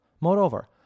Moreover